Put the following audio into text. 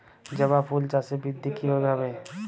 জবা ফুল চাষে বৃদ্ধি কিভাবে হবে?